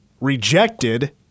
rejected